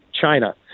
China